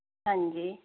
ਹਾਂਜੀ